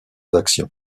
actions